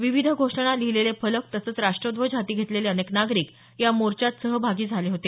विविध घोषणा लिहिलेले फलक तसंच राष्ट्रध्वज हाती घेतलेले अनेक नागरिक या मोर्चात सहभागी झाले होते